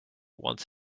wants